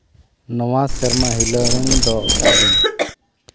ᱱᱚᱣᱟ ᱥᱮᱨᱢᱟ ᱦᱤᱞᱳᱜ ᱫᱚ ᱚᱠᱟ ᱫᱤᱱ